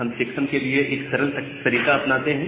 हम चेक्सम के लिए एक सरल तरीका अपनाते हैं